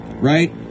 right